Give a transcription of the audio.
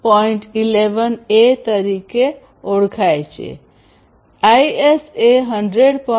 11a તરીકે ઓળખાય છે જે ISA 100